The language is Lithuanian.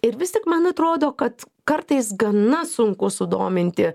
ir vis tik man atrodo kad kartais gana sunku sudominti